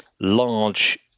large